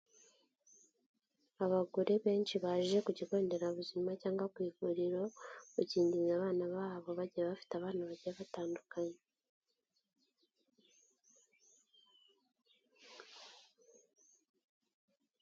Abagore benshi baje ku kigo nderabuzima cyangwa ku ivuriro, gukingiza abana babo, bagiye bafite abana bagiye batandukanye.